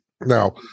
Now